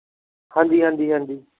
ਹਾਂਜੀ ਹਾਂਜੀ ਹਾਂਜੀ